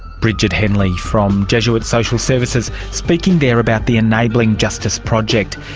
brigid henley from jesuit social services, speaking there about the enabling justice project.